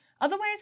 Otherwise